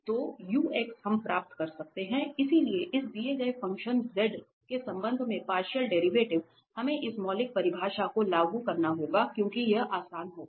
तो हम प्राप्त कर सकते हैं इसलिए इस दिए गए फ़ंक्शन x के संबंध में पार्शियल डेरिवेटिव हमें इस मौलिक परिभाषा को लागू करना होगा क्योंकि यह आसान होगा